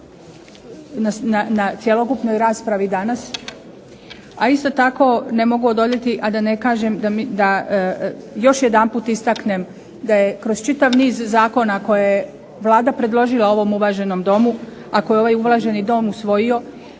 na cjelokupnoj raspravi danas. A isto tako ne mogu odoljeti, a da ne kažem da još jedanput istaknem da je kroz čitav niz zakona koje je Vlada predložila ovom uvaženom Domu, a koje je ovaj uvaženi Dom usvojio,